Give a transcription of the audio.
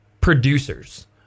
producers